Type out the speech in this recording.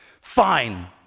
Fine